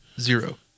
zero